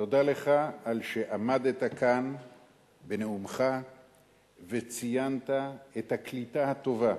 תודה לך על שעמדת כאן בנאומך וציינת את הקליטה הטובה